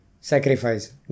sacrifice